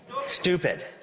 stupid